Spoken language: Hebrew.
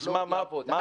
אז מה הפתרון?